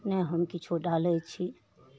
नहि हम किछु डालै छी